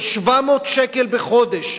זה 700 שקל בחודש.